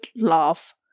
laugh